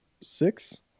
six